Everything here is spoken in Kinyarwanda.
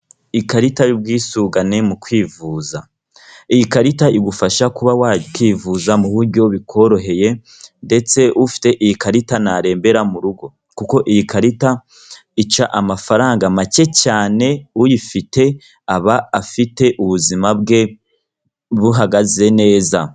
Ikarita y'ubwisungane mu kwivuza, iyi karita igufasha kuba wakwivuza mu buryo bikoroheye ndetse ufite iyi karita ntarembera mu rugo, kuko iyi karita ica amafaranga make cyane, uyifite aba afite ubuzima bwe buhagaze neza.